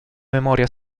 memoria